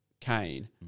Kane